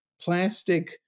plastic